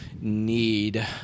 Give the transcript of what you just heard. need